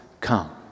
come